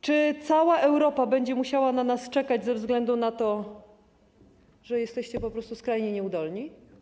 Czy cała Europa będzie musiała na nas czekać ze względu na to, że jesteście po prostu skrajnie nieudolni?